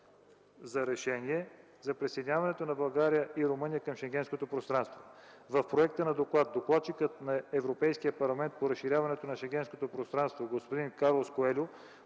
за решение за присъединяването на България и Румъния към Шенгенското пространство. В проекта за доклад докладчикът на Европейския парламент по разширяването на Шенгенското пространство господин Карлос Куельо